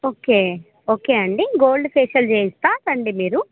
okay okay అండి gold facial చేయిస్తా రండి మీరు